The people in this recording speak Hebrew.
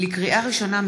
לקריאה ראשונה,